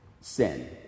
sin